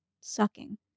sucking